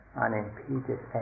unimpeded